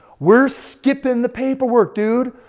we're skipping the paperwork dude.